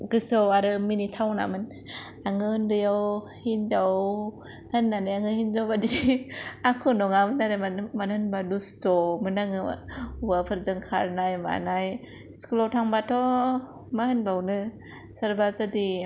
गोसोआव आरो मिनिथावनामोन आङो उन्दैआव हिन्जाव होननानै आङो हिनजावबादि आखु नङामोन आरो मानो होनोब्ला दुस्थ'मोन आं हौवाफोरजों खारनाय़ मानाय स्कुलाव थांब्लाथ' मा होनबावनो सोरबा जुदि